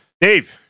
Dave